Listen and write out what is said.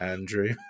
Andrew